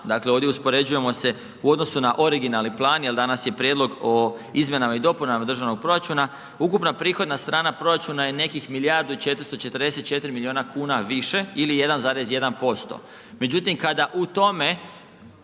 dakle ovdje uspoređujemo se u odnosu na originalni plan jer danas je Prijedlog o izmjenama i dopunama državnog proračuna, ukupna prihodna strana proračuna je nekih milijardu i 444 milijuna kuna više ili 1,1%. Međutim kada u tome